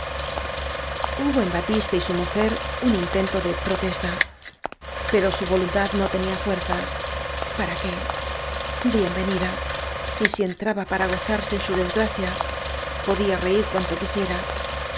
en batiste y su mujer un intento de protesta pero su voluntad no tenía fuer zas para qué bien venida y si entraba para gozarse en su desgracia podía reir cuanto quisiera